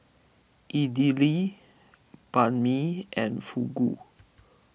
Idili Banh Mi and Fugu